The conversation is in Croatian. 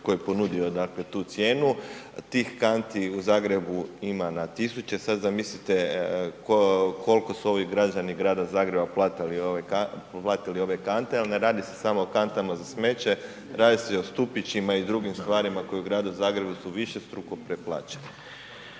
koji je ponudio tu cijenu, tih kanti u Zagrebu ima na tisuće, sad zamislite koliko su ovih građani grada Zagreba platili ove kante ali ne radi se samo o kantama za smeće, radi se o stupićima i dr. stvarima koje u gradu Zagrebu su višestruko preplaćene.